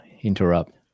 interrupt